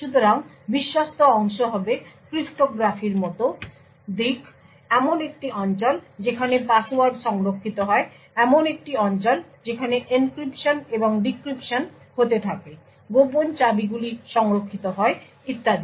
সুতরাং বিশ্বস্ত অংশ হবে ক্রিপ্টোগ্রাফির মতো দিক এমন একটি অঞ্চল যেখানে পাসওয়ার্ড সংরক্ষিত হয় এমন একটি অঞ্চল যেখানে এনক্রিপশন এবং ডিক্রিপশন হতে থাকে গোপন চাবিগুলি সংরক্ষিত হয় ইত্যাদি